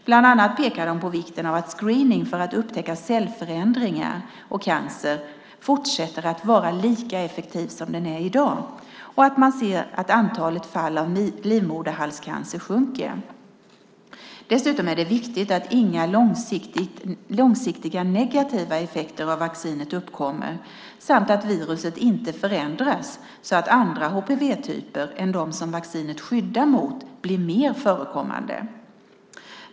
Bland annat pekar de på vikten av att screening för att upptäcka cellförändringar och cancer fortsätter att vara lika effektiv som den är i dag, och att man ser att antalet fall av livmoderhalscancer sjunker. Dessutom är det viktigt att inga långsiktiga negativa effekter av vaccinet uppkommer samt att viruset inte förändras så att andra HPV-typer än dem som vaccinet skyddar mot blir mer förekommande.